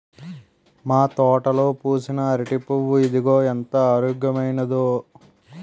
మా తోటలో పూసిన అరిటి పువ్వు ఇదిగో ఎంత ఆరోగ్యమైనదో